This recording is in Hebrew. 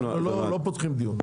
לא אנחנו לא פותחים דיון,